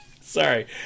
Sorry